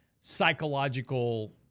psychological